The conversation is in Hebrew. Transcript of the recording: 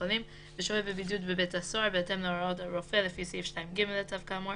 חולים ושוהה בבידוד בבית סוהר בהתאם להוראת רופא לפי סעיף 2(ג) לצו כאמור,